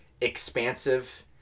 expansive